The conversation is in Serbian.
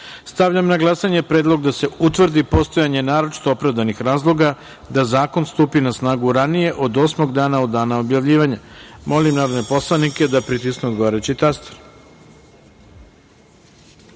na glasanje predlog da se utvrdi postojanje naročito opravdanih razloga da zakon stupi na snagu ranije od osmog dana od dana objavljivanja. Molim narodne poslanike da pritisnu odgovarajući